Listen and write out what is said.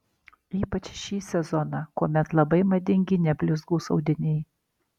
ypač šį sezoną kuomet labai madingi neblizgūs audiniai